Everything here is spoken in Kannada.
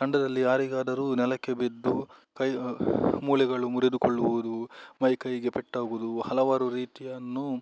ತಂಡದಲ್ಲಿ ಯಾರಿಗಾದರು ನೆಲಕ್ಕೆ ಬಿದ್ದು ಕೈ ಮೂಳೆಗಳು ಮುರಿದುಕೊಳ್ಳುವುದು ಮೈಕೈಗೆ ಪೆಟ್ಟಾಗೋದು ಹಲವಾರು ರೀತಿಯನ್ನು